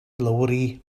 lowri